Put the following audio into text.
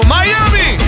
Miami